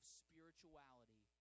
spirituality